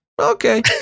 Okay